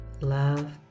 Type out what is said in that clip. Love